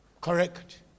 Correct